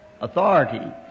authority